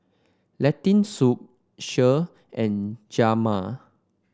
Lentil Soup Kheer and Jajma